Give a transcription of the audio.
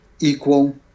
equal